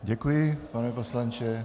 Děkuji, pane poslanče.